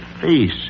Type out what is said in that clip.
face